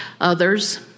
others